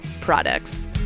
products